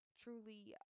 truly